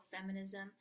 feminism